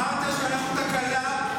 אמרת שאנחנו תקלה.